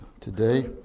today